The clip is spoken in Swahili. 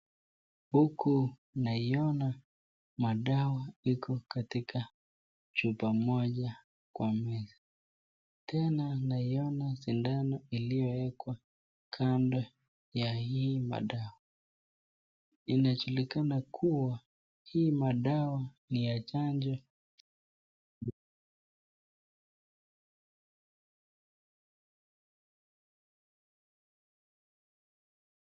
Huku naiona madawa iko katika chupa moja kwa meza. Tena naiona sindano iliyowekwa kando ya hii madawa. Inajulikana kuwa hii madawa ni ya chanjo.